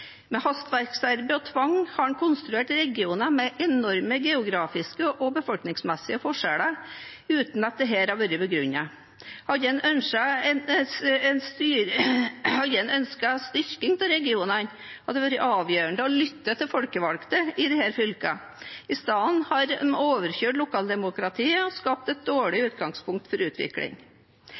Med hastverksarbeid og tvang har man konstruert regioner med enorme geografiske og befolkningsmessige forskjeller uten at dette har vært begrunnet. Hadde man ønsket styrking av regionene, hadde det vært avgjørende å lytte til folkevalgte i disse fylkene. I stedet har man overkjørt lokaldemokratiet og skapt et dårlig utgangspunkt for utvikling.